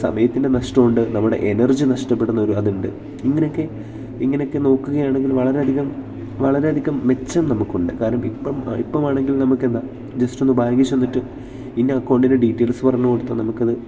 സമയത്തിൻ്റെ നഷ്ടമുണ്ട് നമ്മുടെ എനർജി നഷ്ടപ്പെടുന്നത് അതുണ്ട് ഇങ്ങനൊക്കെ ഇങ്ങനൊക്കെ നോക്കുക ആണെങ്കിൽ വളരെ അധികം വളരെ അധികം മെച്ചം നമുക്ക് ഉണ്ട് കാരണം ഇപ്പം ഇപ്പം ആണെങ്കിൽ നമുക്ക് എന്താ ജെസ്റ്റ് ഒന്ന് ബാങ്കി ചെന്നിട്ട് ഇന്ന അക്കൗണ്ടിൻ്റെ ഡീറ്റെയിൽസ് പറഞ്ഞു കൊടുത്താൽ നമുക്ക് അത്